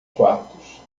quartos